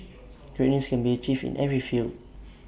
greatness can be achieved in every field